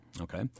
Okay